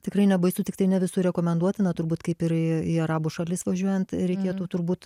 tikrai nebaisu tiktai ne visur rekomenduotina turbūt kaip ir į į arabų šalis važiuojant reikėtų turbūt